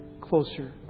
closer